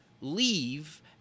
leave